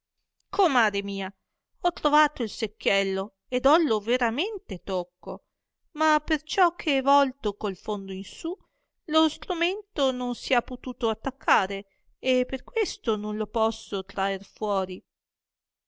comare mia ho trovato il secchiello ed bollo veramente tocco ma perciò che è volto col fondo in su lo stromento non si ha potuto attaccare e per questo non lo posso traer fuori